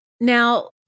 Now-